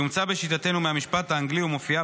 היא אומצה בשיטתנו מהמשפט האנגלי ומופיעה